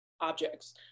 objects